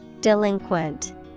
Delinquent